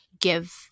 give